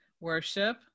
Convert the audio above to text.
worship